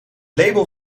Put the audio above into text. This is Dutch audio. label